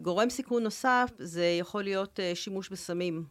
גורם סיכון נוסף זה יכול להיות שימוש בסמים